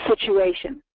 situation